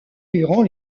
durant